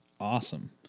Awesome